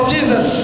Jesus